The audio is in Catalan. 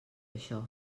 això